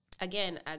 Again